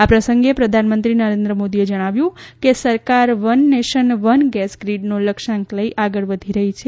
આ પ્રસંગે પ્રધાનમંત્રી નરેન્દ્ર મોદીએ જણાવ્યુ હતુ કે સરકાર વન નેશન વન ગેસ ગ્રીડનો લક્ષ્યાંક લઇ આગળ વધી રહી છે